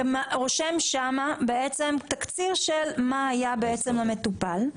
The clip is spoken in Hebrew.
ורושם שם בעצם תקציר של מה היה בעצם המטופל.